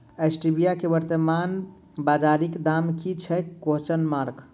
Stevia केँ वर्तमान बाजारीक दाम की छैक?